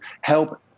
help